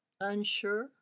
Unsure